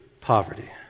poverty